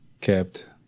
kept